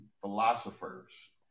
philosophers